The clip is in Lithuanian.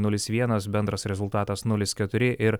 nulis vienas bendras rezultatas nulis keturi ir